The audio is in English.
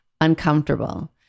uncomfortable